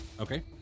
Okay